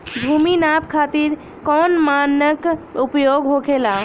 भूमि नाप खातिर कौन मानक उपयोग होखेला?